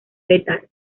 letal